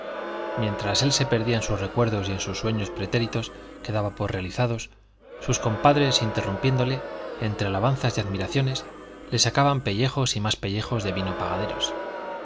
mientras él se perdía en sus recuerdos y en sus sueños pretéritos que daba por realizados sus compadres interrumpiéndole entre alabanzas y admiraciones le sacaban pellejos y más pellejos de vino pagaderos